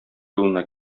юлына